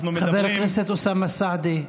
חבר הכנסת אוסאמה סעדי,